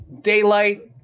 daylight